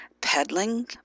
peddling